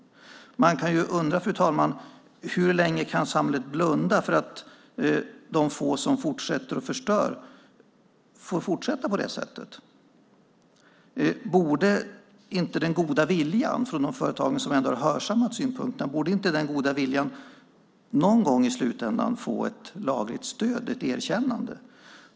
Fru talman! Man kan undra hur länge samhället kan blunda och låta de få som förstör fortsätta på det sättet. Borde inte den goda viljan från de företag som har hörsammat synpunkterna få ett lagligt stöd, ett erkännande, i slutändan?